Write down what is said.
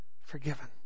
Forgiven